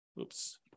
oops